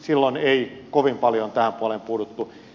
silloin ei kovin paljon tähän puoleen puututtu